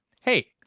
Hey